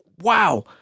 wow